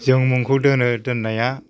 जों मुंखौ दोनो दोननाया